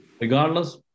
Regardless